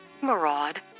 maraud